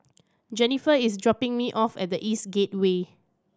Jenniffer is dropping me off at The East Gateway